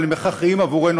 אבל הם הכרחיים עבורנו,